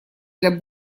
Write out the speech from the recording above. для